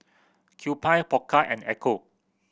Kewpie Pokka and Ecco